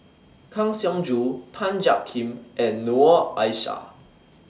Kang Siong Joo Tan Jiak Kim and Noor Aishah